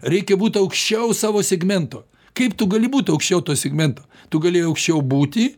reikia būt aukščiau savo segmento kaip tu gali būt aukščiau to segmento tu gali aukščiau būti